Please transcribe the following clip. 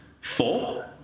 four